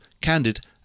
candid